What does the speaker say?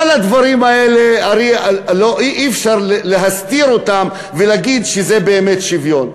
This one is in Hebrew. כל הדברים האלה אי-אפשר להסתיר אותם ולהגיד שזה באמת שוויון.